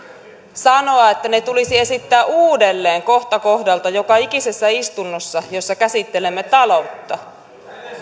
sanoa että ne tulisi esittää uudelleen kohta kohdalta joka ikisessä istunnossa jossa käsittelemme taloutta